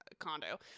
Condo